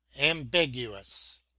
ambiguous